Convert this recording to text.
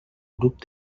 grup